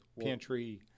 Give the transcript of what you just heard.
pantry